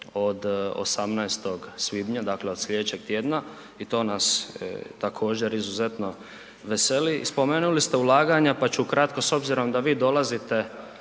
od 18. svibnja, dakle od slijedećeg tjedna i to nas također izuzetno veseli. Spomenuli ste ulaganja, pa ću kratko s obzirom da vi dolazite